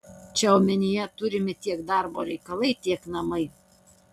čia omenyje turimi tiek darbo reikalai tiek namai